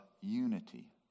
unity